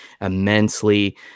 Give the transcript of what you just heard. immensely